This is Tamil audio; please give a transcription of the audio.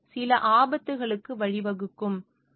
இது சில ஆபத்துகளுக்கு வழிவகுக்கும்